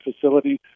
facility